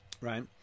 Right